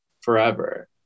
forever